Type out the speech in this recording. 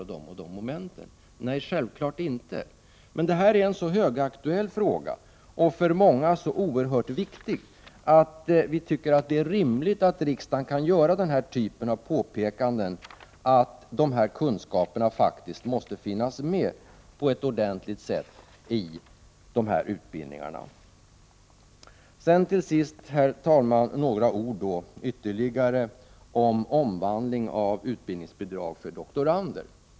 Nej, det gör vi självfallet inte, men detta är en högaktuell fråga, som för många är så oerhört viktig att det är rimligt att riksdagen gör denna typ av påpekanden, dvs. att sådana här kunskaper måste finnas med på ett ordentligt sätt i dessa utbildningar. Till sist vill jag, herr talman, säga ytterligare några ord om omvandlingen av utbildningsbidrag för doktorander.